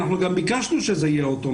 אנחנו גם ביקשנו שזה יהיה אוטומטי.